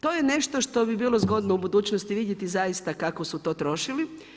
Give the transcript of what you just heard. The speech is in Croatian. To je nešto što bi bilo zgodno u budućnosti vidjeti, zaista kako su to trošili.